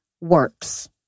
works